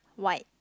white